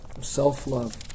self-love